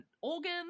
organ